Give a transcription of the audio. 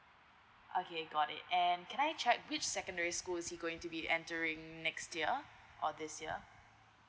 okay got it and can I check which secondary school is he going to be entering next year or this year